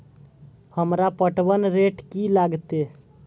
हमरा पटवन रेट की लागते?